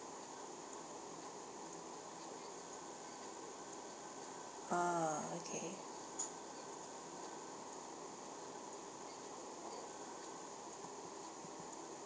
ah okay